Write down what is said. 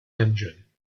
engine